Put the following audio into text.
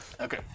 okay